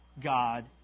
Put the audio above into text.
God